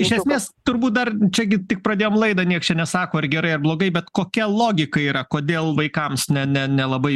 iš esmės turbūt dar čia gi tik pradėjom laidą nieks čia nesako ar gerai blogai bet kokia logika yra kodėl vaikams ne ne nelabai